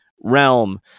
realm